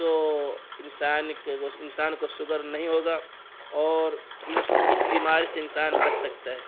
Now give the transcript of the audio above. تو انسان کے کچھ انسان کو سوگر نہیں ہوگا اور اس بیماری سے انسان بچ سکتا ہے